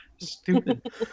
Stupid